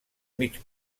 mig